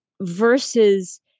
versus